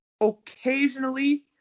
Occasionally